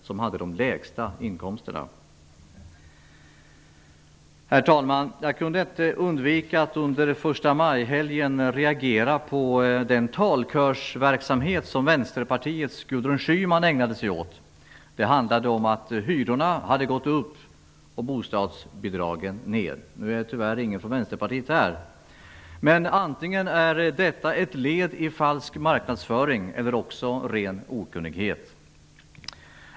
Jag kunde inte undvika att under förstamajhelgen reagera på den talkörsverksamhet som Vänsterpartiets Gudrun Schyman ägnade sig åt. Hon påstod att ''hyrorna hade gått upp och bostadsbidragen ner''. Tyvärr finns ingen ledamot från Vänsterpartiet här. Antingen är hennes påståenden ett led i falsk marknadsföring eller också ren okunnighet.